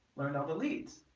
learned all the leads,